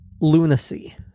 lunacy